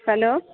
hello